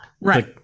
right